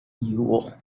yule